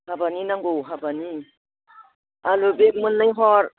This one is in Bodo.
हाबानि नांगौ हाबानि आलु बेग मोननै हर